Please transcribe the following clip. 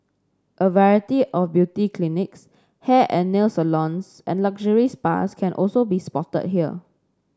a variety of beauty clinics hair and nail salons and luxury spas can also be spotted here